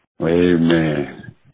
Amen